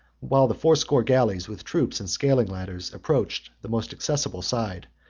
while the fourscore galleys, with troops and scaling ladders, approached the most accessible side,